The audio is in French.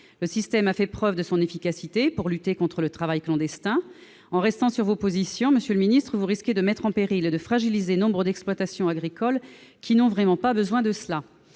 Le système a fait la preuve de son efficacité pour lutter contre le travail clandestin. En restant sur vos positions, monsieur le ministre, vous risquez de fragiliser, voire de mettre en péril nombre d'exploitations agricoles qui n'ont vraiment pas besoin de cela.